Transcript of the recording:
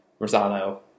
Rosano